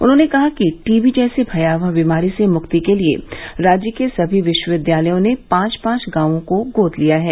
उन्होंने कहा कि टीबी जैसी भयावह बीमारी से मुक्ति के लिए राज्य के सभी विश्वविद्यालयों ने पांच पांच गांवों को गोद लिया है